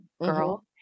girl